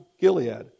Gilead